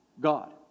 God